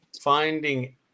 finding